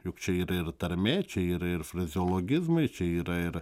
juk čia yra ir tarmė čia yra ir frazeologizmai čia yra ir